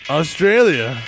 Australia